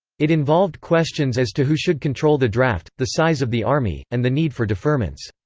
it involved questions as to who should control the draft, the size of the army, and the need for deferments.